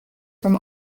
from